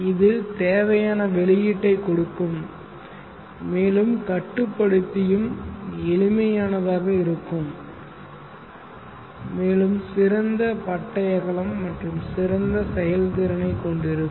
இது தேவையான வெளியீட்டை கொடுக்கும் மேலும் கட்டுப்படுத்தியும் எளிமையானதாக இருக்கும் மேலும் சிறந்த பட்டை அகலம் மற்றும் சிறந்த செயல்திறனைக் கொண்டிருக்கும்